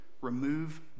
remove